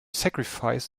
sacrifice